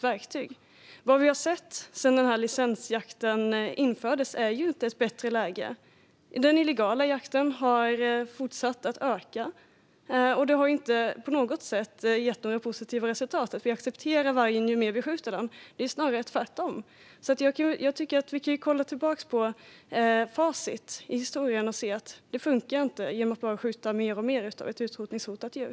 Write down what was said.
Vad vi har sett sedan licensjakten infördes är ju inte ett bättre läge. Den illegala jakten har fortsatt att öka, och det har inte på något sätt gett några positiva resultat, att vi accepterar vargen ju fler som skjuts. Det är snarare tvärtom. Vi kan gå tillbaka till facit från historien och se att det inte funkar att bara skjuta mer och mer av ett utrotningshotat djur.